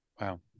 Wow